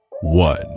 one